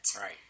Right